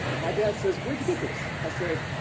my dad says, where'd you get this? i said,